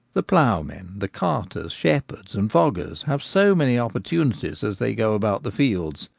the ploughmen, the carters, shepherds, and foggers have so many opportunities as they go about the fields,